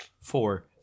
Four